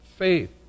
faith